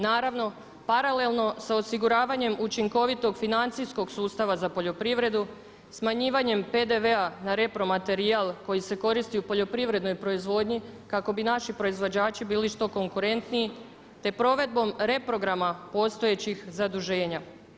Naravno, paralelno s osiguravanjem učinkovitog financijskog sustava za poljoprivredu, smanjivanjem PDV-a na repro-materijal koji se koristi u poljoprivrednoj proizvodnji kako bi naši proizvođači bili što konkurentniji te provedbom reprograma postojećih zaduženja.